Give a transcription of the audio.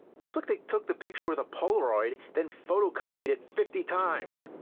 looks like. they took the picture with a polaroid, then photocopied it fifty times!